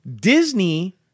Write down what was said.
Disney